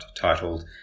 titled